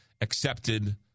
accepted